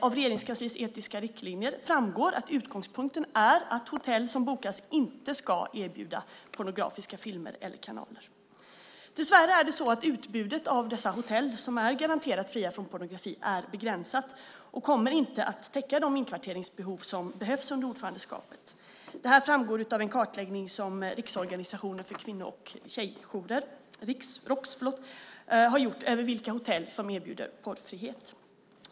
Av Regeringskansliets etiska riktlinjer framgår att utgångspunkten är att hotell som bokas inte ska erbjuda pornografiska filmer eller kanaler. Utbudet av hotell som är garanterat fria från pornografi är dessvärre begränsat och täcker inte helt säkert de inkvarteringsbehov som behövs under ordförandeskapet. Detta framgår exempelvis av en kartläggning som Riksorganisationen för kvinnojourer och tjejjourer i Sverige, ROKS, har gjort över vilka hotell som erbjuder porrfrihet.